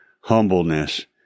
humbleness